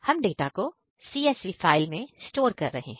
हम डाटा को CSV file में स्टोर कर रहे हैं